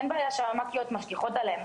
אין בעיה שהמ"כיות משגיחות עליהן,